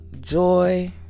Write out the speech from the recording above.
joy